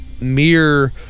mere